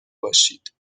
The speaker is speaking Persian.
باشید